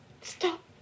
Stop